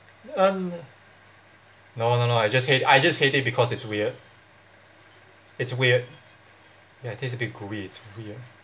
uh no no no I just hate I just hate it because it's weird it's weird ya taste a bit gooey it's weird